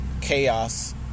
chaos